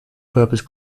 purpose